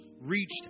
reached